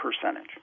percentage